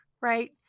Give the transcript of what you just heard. right